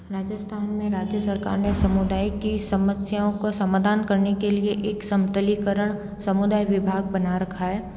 राजस्थान में राज्य सरकार ने समुदाय की समस्याओं का समाधान करने के लिए एक समतलीकरण समुदाय विभाग बना रखा है